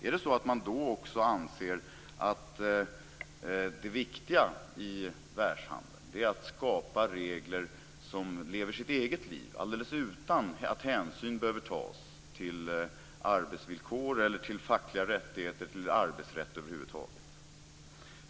Anser man då också att det viktiga i världshandeln är att skapa regler som lever sitt eget liv alldeles utan att hänsyn behöver tas till arbetsvillkor, till fackliga rättigheter eller till arbetsrätt över huvud taget?